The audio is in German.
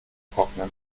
trocknen